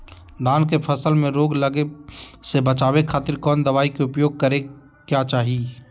धान के फसल मैं रोग लगे से बचावे खातिर कौन दवाई के उपयोग करें क्या चाहि?